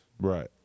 Right